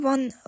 One